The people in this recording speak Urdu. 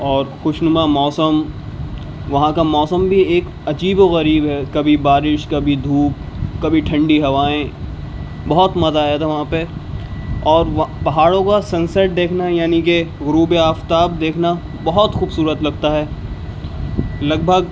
اور خوشنما موسم وہاں کا موسم بھی ایک عجیب و غریب ہے کبھی بارش کبھی دھوپ کبھی ٹھنڈی ہوائیں بہت مزہ آیا تھا وہاں پہ اور وہ پہاڑوں کا سن سیٹ دیکھنا یعنی کہ غروب آفتاب دیکھنا بہت خوبصورت لگتا ہے لگ بھگ